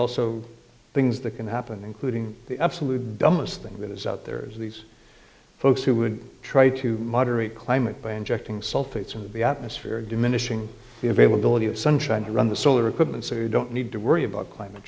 also things that can happen including the absolute dumbest thing that is out there is these folks who would try to moderate climate by injecting sulfates of the atmosphere and diminishing the availability of sunshine you run the solar equipment so you don't need to worry about climate